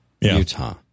Utah